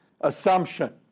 assumption